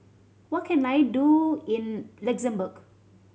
what can I do in Luxembourg